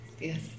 Yes